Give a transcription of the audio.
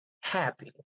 happy